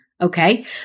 Okay